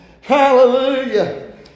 Hallelujah